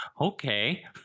okay